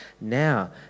now